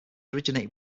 originated